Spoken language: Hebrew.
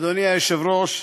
אדוני היושב-ראש,